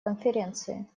конференции